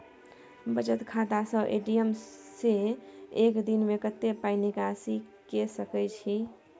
बचत खाता स ए.टी.एम से एक दिन में कत्ते पाई निकासी के सके छि?